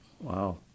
Wow